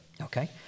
Okay